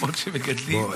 בוא,